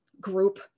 group